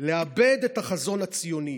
לאבד את החזון הציוני,